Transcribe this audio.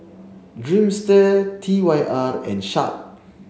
Dreamster T Y R and Sharp